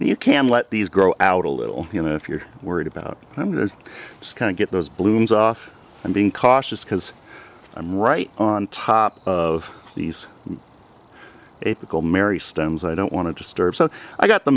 and you can let these grow out a little you know if you're worried about them it is kind of get those blooms off and being cautious because i'm right on top of these ethical mary stems i don't want to disturb so i got the